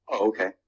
okay